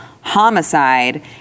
homicide